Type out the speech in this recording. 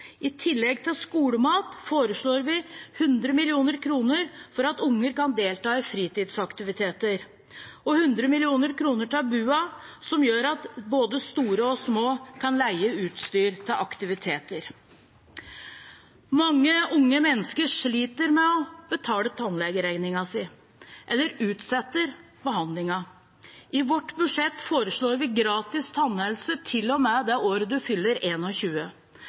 I tillegg til skolemat foreslår vi 100 mill. kr for at unger kan delta i fritidsaktiviteter, og 100 mill. kr til BUA, som gjør at både store og små kan leie utstyr til aktiviteter. Mange unge mennesker sliter med å betale tannlegeregningen sin, eller utsetter behandlingen. I vårt budsjett foreslår vi gratis tannhelse til og med det året du fyller